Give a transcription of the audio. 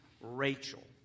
Rachel